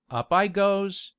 up i goes,